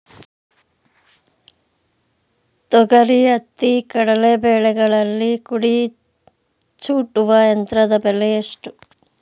ತೊಗರಿ, ಹತ್ತಿ, ಕಡಲೆ ಬೆಳೆಗಳಲ್ಲಿ ಕುಡಿ ಚೂಟುವ ಯಂತ್ರದ ಬೆಲೆ ಎಷ್ಟು?